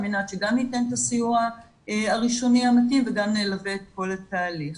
על מנת שגם ייתן את הסיוע הראשוני המתאים וגם נלווה את כל התהליך.